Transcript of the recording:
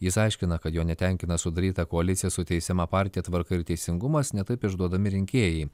jis aiškina kad jo netenkina sudaryta koalicija su teisiama partija tvarka ir teisingumas ne taip išduodami rinkėjai